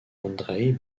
andreï